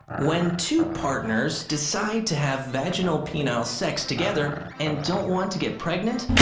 when two partners decide to have vaginal, penile sex together and don't want to get pregnant,